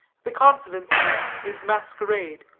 the confidence-man his masquerade.